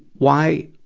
why,